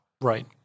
Right